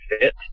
fit